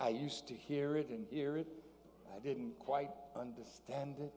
i used to hear it and hear it i didn't quite understand it